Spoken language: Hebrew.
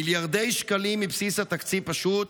מיליארדי שקלים מבסיס התקציב פשוט